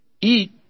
eat